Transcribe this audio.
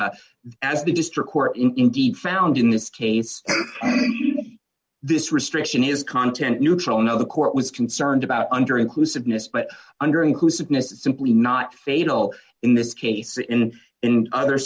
as the district court indeed found in this case this restriction is content neutral now the court was concerned about under inclusiveness but under inclusiveness it's simply not fatal in this case and in other